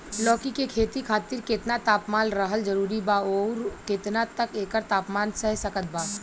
लौकी के खेती खातिर केतना तापमान रहल जरूरी बा आउर केतना तक एकर तापमान सह सकत बा?